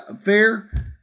fair